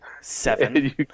seven